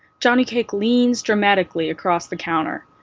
johnnycake leans dramatically across the counter,